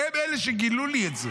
הם אלה שגילו לי את זה.